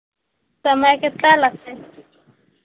समय कितना लगतै